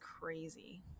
crazy